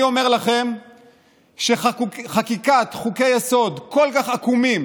אני אומר לכם שחקיקת חוקי-יסוד כל כך עקומים